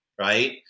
Right